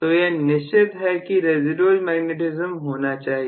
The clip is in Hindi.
तो यह निश्चित है कि रेसीडुएल मैग्नेटिज्म होना चाहिए